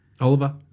Oliver